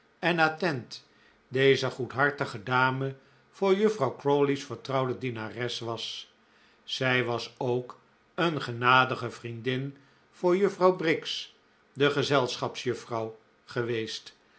en attent deze goedhartige dame voor juffrouw oa oa oa oa oo crawley's vertrouwde dienares was zij was ook een genadige vriendin voor juffrouw briggs de gezelschapsjuffrouw geweest